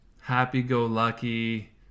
happy-go-lucky